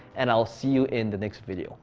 and i'll see you in the next video.